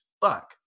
Fuck